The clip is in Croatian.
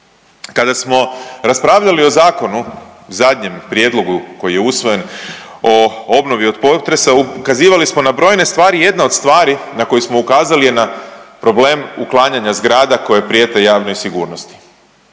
Kada smo raspravljali o zakonu, zadnjem prijedlogu koji je usvojen o obnovi od potresa, ukazivali smo na brojne stvari. Jedna od stvari na koju smo ukazali je na problem uklanjanja zgrada koje prijete javnoj sigurnosti.